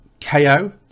KO